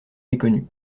méconnu